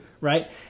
right